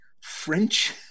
French